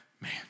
Man